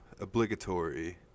obligatory